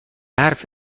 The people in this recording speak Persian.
حرف